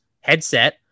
headset